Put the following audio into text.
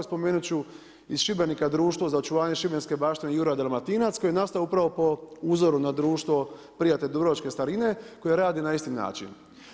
Spomenut ću iz Šibenika Društvo za očuvanje šibenske baštine Juraj Dalmatinac koje je nastalo upravo po uzoru na Društvo prijatelj dubrovačke starine koje radi na isti način.